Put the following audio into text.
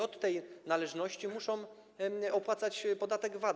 Od tej należności muszą opłacać podatek VAT.